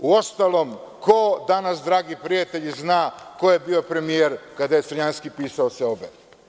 Uostalom, ko danas, dragi prijatelji, zna ko je bio premijer kada je Crnjanski pisao „Seobe“